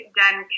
done